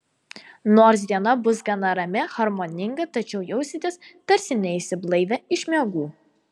nors diena bus gana rami harmoninga tačiau jausitės tarsi neišsiblaivę iš miegų